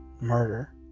Murder